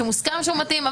שמוסכם שהוא מתאים,